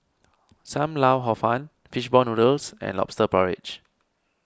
Sam Lau Hor Fun Fish Ball Noodles and Lobster Porridge